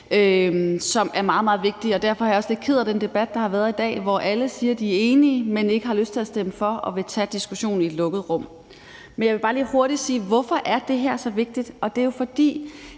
af de allerallervigtigste forslag. Derfor er jeg også lidt ked af den debat, der har været i dag, hvor alle siger de er enige, men ikke har lyst til at stemme for og vil tage diskussionen i et lukket rum. Jeg vil bare lige hurtigt sige, hvorfor det er så vigtigt. Det er jo, fordi